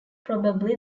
probably